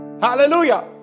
Hallelujah